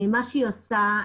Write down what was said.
מה שהיא עשתה,